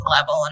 level